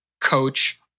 coach